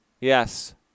Yes